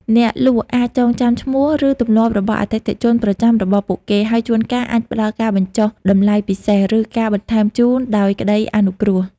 អ្នកលក់អាចចងចាំឈ្មោះ ឬទម្លាប់របស់អតិថិជនប្រចាំរបស់ពួកគេ ហើយជួនកាលអាចផ្តល់ការបញ្ចុះតម្លៃពិសេស ឬការបន្ថែមជូនដោយក្តីអនុគ្រោះ។